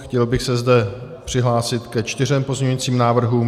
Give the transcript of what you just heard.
Chtěl bych se zde přihlásit ke čtyřem pozměňujícím návrhům.